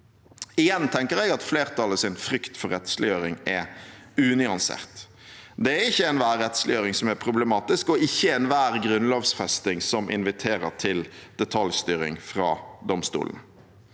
Igjen tenker jeg at flertallets frykt for rettsliggjøring er unyansert. Det er ikke enhver rettsliggjøring som er problematisk, og ikke enhver grunnlovfesting som inviterer til detaljstyring fra domstolene.